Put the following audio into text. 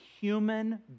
human